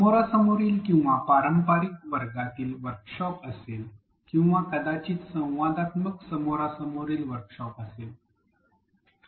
समोरासमोर किंवा पारंपारिक वर्गातील वर्कशॉप असेल किंवा कदाचित संवादात्मक समोरासमोर वर्कशॉप असेल